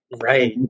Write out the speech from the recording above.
Right